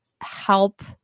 help